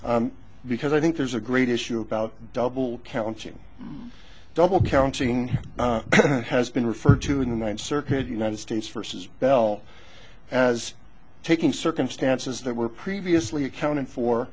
because i think there's a great issue about double counting double counting has been referred to in one circuit united states versus bell as taking circumstances that were previously accounted for